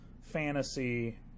fantasy